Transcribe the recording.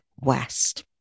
West